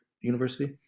University